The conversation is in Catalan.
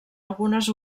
algunes